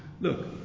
look